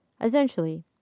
Essentially